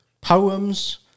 poems